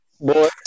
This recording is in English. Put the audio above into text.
Boy